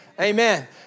Amen